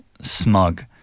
smug